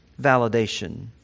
validation